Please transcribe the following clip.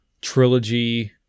trilogy